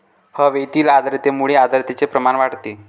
हवेतील आर्द्रतेमुळे आर्द्रतेचे प्रमाण वाढते